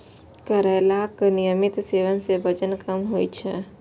करैलाक नियमित सेवन सं वजन कम होइ छै